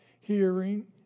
hearing